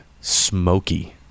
smoky